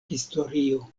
historio